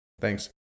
Thanks